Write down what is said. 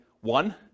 one